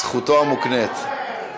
זכותו המוקנית.